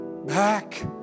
Back